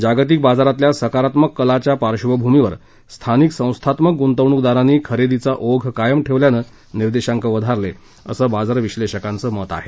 जागतिक बाजारातल्या सकारात्मक कलाच्या पाईभूमीवर स्थानिक संस्थात्मक गुंतवणुकदारांनी खरेदीचा ओघ कायम ठेवल्यानं निर्देशांक वधारले असं बाजार विश्लेषकांचं मत आहे